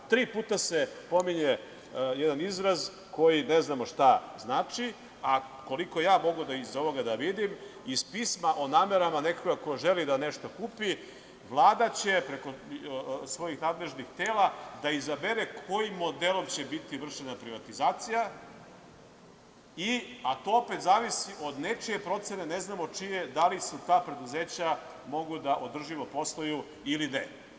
Tri puta se pominje jedan izraz koji ne znamo šta znači, a koliko ja mogu iz ovoga da vidim, iz pisma o namerama nekoga ko želi da nešto kupi Vlada će preko svojih nadležnih tela da izabere kojim modelom će biti vršena privatizacija, a to opet zavisi od nečije procene, ne znamo čije, da li ta preduzeća mogu održivo da posluju ili ne.